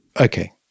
Okay